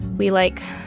we, like,